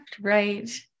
right